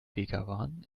begawan